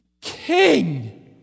king